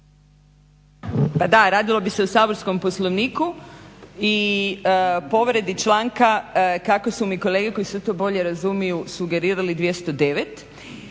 Pa da, radilo bi se o saborskom Poslovniku i povredi članka, kako su mi kolege koji se u to bolje razumiju sugerirali, 209.